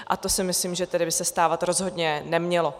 A to si myslím, že by se tedy stávat rozhodně nemělo.